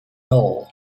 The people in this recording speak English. ore